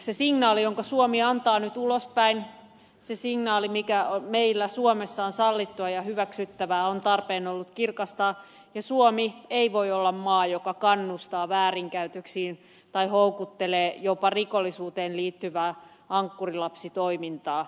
se signaali jonka suomi antaa nyt ulospäin se signaali mikä meillä suomessa on sallittua ja hyväksyttävää on tarpeen ollut kirkastaa ja suomi ei voi olla maa joka kannustaa väärinkäytöksiin tai houkuttelee jopa rikollisuuteen liittyvää ankkurilapsitoimintaa